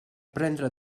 prendre